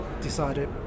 decided